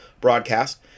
broadcast